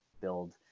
build